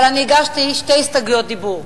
אבל אני הגשתי שתי הסתייגויות דיבור: